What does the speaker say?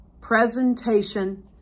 presentation